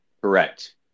Correct